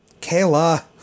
Kayla